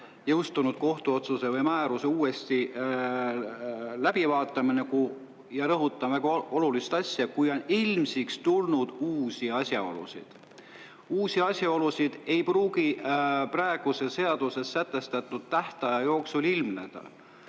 jõustunud kohtuotsuse või -määruse uuesti läbivaatamine. Ja rõhutan väga olulist asja: kui on ilmsiks tulnud uusi asjaolusid. Uusi asjaolusid ei pruugi praeguses seaduses sätestatud tähtaja jooksul ilmneda.